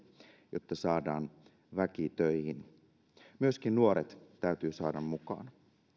jotta saadaan väki töihin myöskin nuoret täytyy saada mukaan